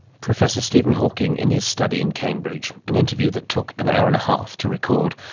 professor stephen hawking in his study in cambridge, an interview that took an hour and a half to record.